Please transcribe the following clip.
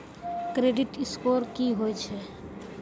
Credit score की होय छै?